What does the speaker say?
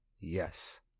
Yes